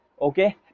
okay